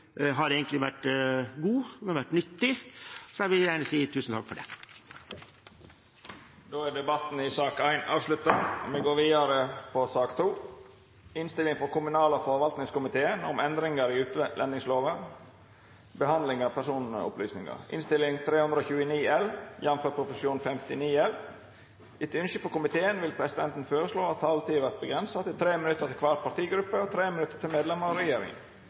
har vært god, den har vært nyttig, så jeg vil gjerne si tusen takk for det. Debatten i sak nr. 1 er dermed avslutta. Etter ønske frå kommunal- og forvaltingskomiteen vil presidenten føreslå at taletida vert avgrensa til 3 minutt til kvar partigruppe og 3 minutt til medlemer av regjeringa.